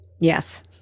yes